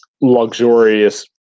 luxurious